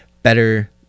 Better